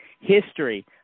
history